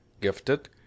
gifted